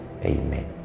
Amen